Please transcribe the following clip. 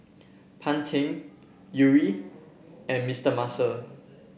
Pantene Yuri and Mister Muscle